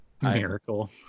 miracle